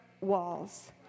walls